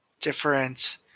Different